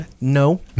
no